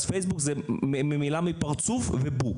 אז פייסבוק זה הלחם של פרצוף וספר,